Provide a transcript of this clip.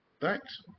Thanks